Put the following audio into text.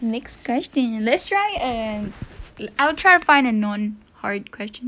next question let's try an I will try to find a non hard question